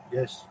Yes